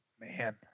Man